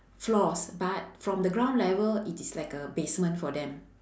floors but from the ground level it is like a basement for them